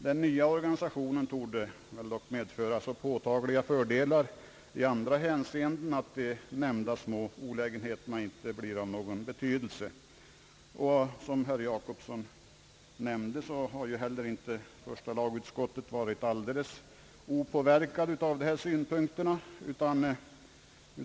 Den nya organisationen torde dock medföra så påtagliga fördelar i andra hänseenden, att de nämnda olägenheterna inte blir av någon betydelse, och som herr Jacobsson nämnde har inte första lagutskottet varit alldeles opåverkat av de av honom anförda synpunkterna.